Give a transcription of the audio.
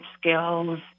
skills